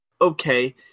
okay